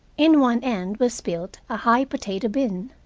in one end was built a high potato-bin.